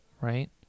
right